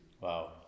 Wow